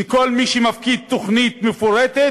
שכל מי שמפקיד תוכנית מפורטת